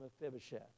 Mephibosheth